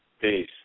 Peace